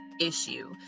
issue